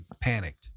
panicked